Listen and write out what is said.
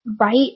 Right